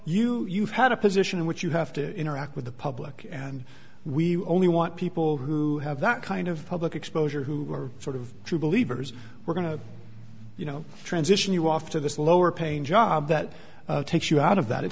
you you've had a position in which you have to interact with the public and we only want people who have that kind of public exposure who are sort of true believers we're going to you know transition you off to this lower paying job that takes you out of that it